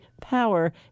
Power